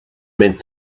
meant